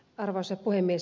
arvoisa puhemies